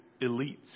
elites